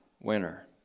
winner